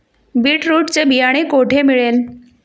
Beetroot चे बियाणे कोठे मिळेल?